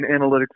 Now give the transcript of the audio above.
analytics